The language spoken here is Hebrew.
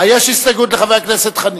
אה, יש הסתייגות לחבר הכנסת חנין.